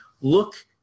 Look